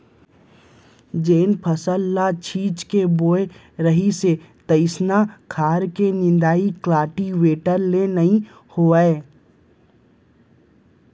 जेन फसल ल छीच के बोए रथें तइसना खार के निंदाइ कल्टीवेटर ले नइ होवय